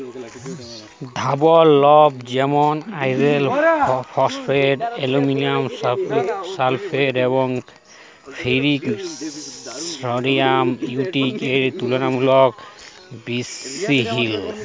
ধাতব লবল যেমল আয়রল ফসফেট, আলুমিলিয়াম সালফেট এবং ফেরিক সডিয়াম ইউ.টি.এ তুললামূলকভাবে বিশহিল